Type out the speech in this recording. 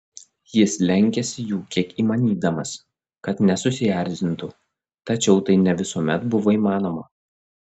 jis lenkėsi jų kiek įmanydamas kad nesusierzintų tačiau tai ne visuomet buvo įmanoma